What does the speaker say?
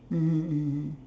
mmhmm mmhmm